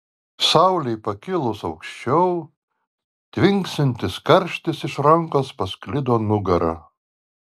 saulei pakilus auščiau tvinksintis karštis iš rankos pasklido nugara